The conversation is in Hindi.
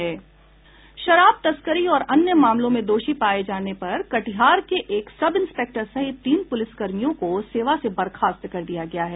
शराब तस्करी और अन्य मामलों में दोषी पाये जाने पर कटिहार के एक सब इंस्पेक्टर सहित तीन पुलिसकर्मियों को सेवा से बर्खास्त कर दिया गया है